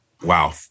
wow